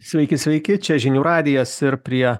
sveiki sveiki čia žinių radijas ir prie